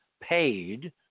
paid